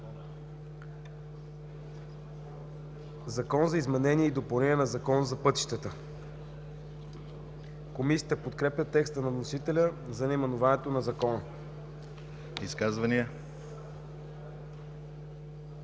„Закон за изменение и допълнение на Закона за пътищата”. Комисията подкрепя текста на вносителя за наименованието на Закона. ПРЕДСЕДАТЕЛ